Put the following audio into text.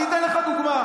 אני אתן לך דוגמה.